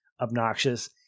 obnoxious